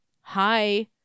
hi-